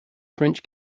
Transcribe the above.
french